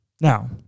Now